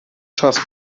czas